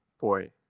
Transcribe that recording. boy